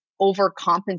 overcompensate